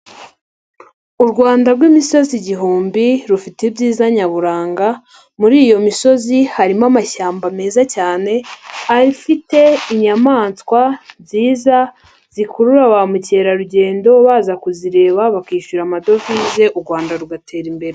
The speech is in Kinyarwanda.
U Rwanda rw'imisozi igihumbi rufite ibyiza nyaburanga, muri iyo misozi harimo amashyamba meza cyane afite inyamaswa nziza zikurura ba mukerarugendo, baza kuzireba bakishyura amadovize u Rwanda rugatera imbere.